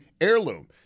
heirloom